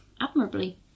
admirably